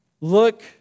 look